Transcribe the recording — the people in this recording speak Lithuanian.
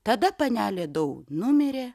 tada panelė dau numirė